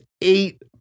eight